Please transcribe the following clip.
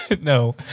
no